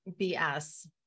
BS